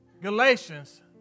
Galatians